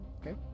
Okay